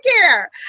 care